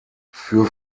für